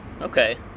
Okay